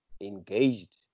engaged